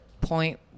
point